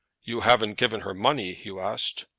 you haven't given her money? hugh asked.